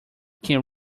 can